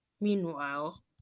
Meanwhile